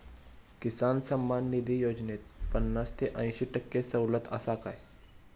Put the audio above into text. किसान सन्मान निधी योजनेत पन्नास ते अंयशी टक्के सवलत आसा काय?